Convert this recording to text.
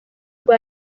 rwa